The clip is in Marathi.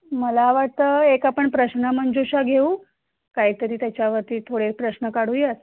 मला वाटतं एक आपण प्रश्नमंजूषा घेऊ काहीतरी त्याच्यावरती थोडे प्रश्न काढूयात